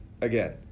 again